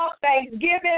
thanksgiving